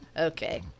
Okay